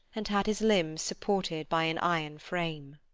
and had his limbs supported by an iron frame!